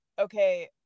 okay